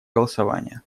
голосования